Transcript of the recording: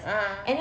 a'ah